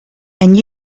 and